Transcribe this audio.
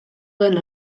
den